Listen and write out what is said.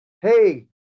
hey